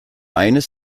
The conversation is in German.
eines